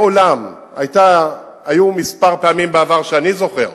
מעולם, היו כמה פעמים בעבר שאני זוכר,